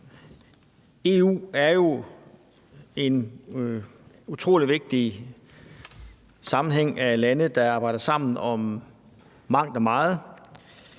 EU er jo en utrolig vigtig sammenslutning af lande, der arbejder sammen om mangt og meget.